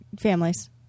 families